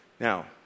Now